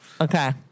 Okay